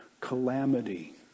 calamity